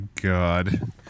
god